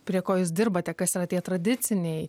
prie ko jūs dirbate kas yra tie tradiciniai